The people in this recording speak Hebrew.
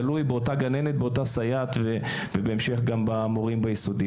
תלויים באותן גננות וסייעות ובהמשך גם של המורים ביסודי.